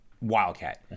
wildcat